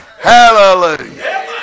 hallelujah